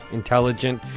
intelligent